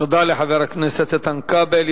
תודה לחבר הכנסת איתן כבל.